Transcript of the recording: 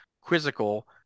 quizzical